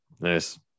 nice